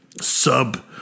sub